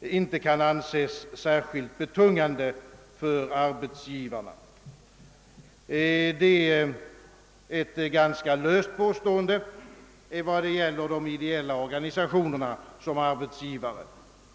inte kan anses särskilt betungande för arbetsgivarna. Det är ett ganska löst påstående i vad det gäller de ideella organisationerna som arbetsgivare.